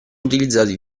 utilizzati